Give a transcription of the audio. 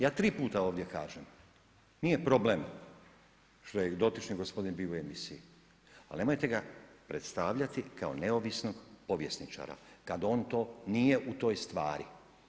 Ja tri puta ovdje kažem, nije problem što je dotični gospodin bio u emisiji, ali nemojte ga predstavljati kao neovisnog povjesničara kada on to nije u toj stvari.